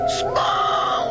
small